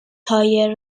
تایر